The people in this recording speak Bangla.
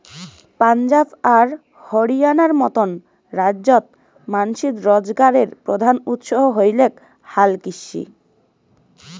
পাঞ্জাব আর হরিয়ানার মতন রাইজ্যত মানষির রোজগারের প্রধান উৎস হইলেক হালকৃষি